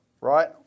right